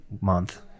month